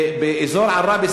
באזור עראבה,